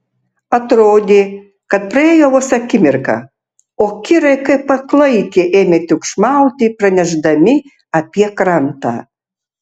atrodė kad praėjo vos akimirka o kirai kaip paklaikę ėmė triukšmauti pranešdami apie krantą